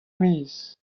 maez